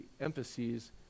emphases